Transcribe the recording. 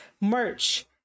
merch